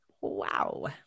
wow